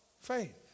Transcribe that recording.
Faith